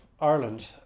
Ireland